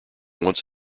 once